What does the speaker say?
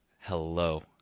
Hello